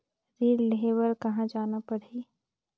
ऋण लेहे बार कहा जाना पड़ही?